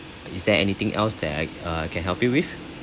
is there anything else that I uh can help you with